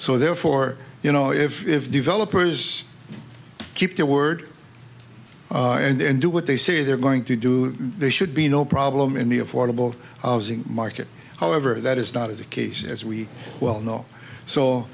so therefore you know if developers keep their word and do what they say they're going to do there should be no problem in the affordable housing market however that is not is the case as we well kno